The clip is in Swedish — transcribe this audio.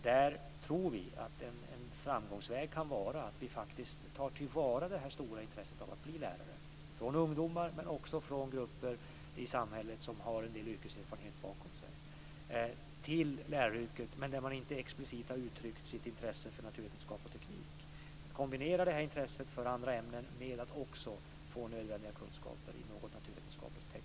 Där tror vi att en framgångsväg kan vara att ta till vara det stora intresset att bli lärare från ungdomar och även från grupper i samhället som har en del yrkeserfarenhet bakom sig. Man har kanske inte explicit uttryckt sitt intresse för naturvetenskap och teknik. Det handlar om att kombinera det här intresset för andra ämnen med att få nödvändiga kunskaper i något naturvetenskapligt eller tekniskt ämne.